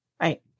Right